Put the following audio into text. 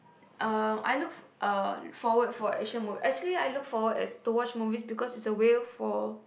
um I look uh forward for action movie actually I look forward as to watch movies because it's a way for